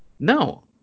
No